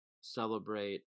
celebrate